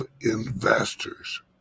investors